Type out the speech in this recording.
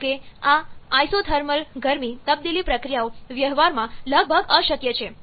જો કે આઆઇસોથર્મલગરમી તબદીલી પ્રક્રિયાઓ વ્યવહારમાં લગભગ અશક્ય છે